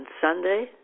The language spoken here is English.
Sunday